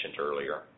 earlier